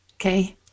Okay